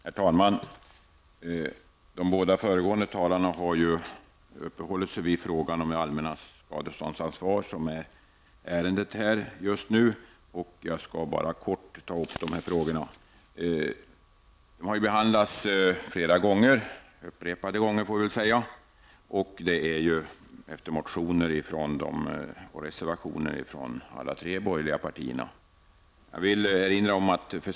Herr talman! De båda föregående talarna har uppehållit sig vid frågan om det allmännas skadeståndsansvar, vilket också är det ärende som vi just nu behandlar. Jag skall kortfattat beröra de olika frågorna i ärendet. Dessa har behandlats upprepade gånger här i kammaren efter motioner och reservationer från de tre borgerliga partierna.